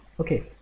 Okay